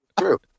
True